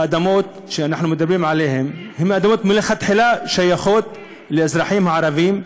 האדמות שאנחנו מדברים עליהן הן אדמות שמלכתחילה שייכות לאזרחים הערבים,